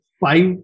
five